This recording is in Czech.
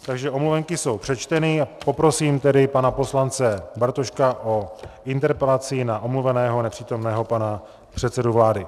Takže omluvenky jsou přečteny, poprosím tedy pana poslance Bartoška o interpelaci na omluveného nepřítomného pana předsedu vlády.